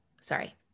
Sorry